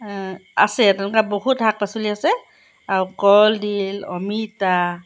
আছে তেনেকুৱা বহুত শাক পাচলি আছে আৰু কলডিল অমিতা